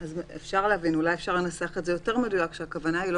אולי אפשר לנסח את זה יותר מדויק ולהבהיר שהכוונה היא לא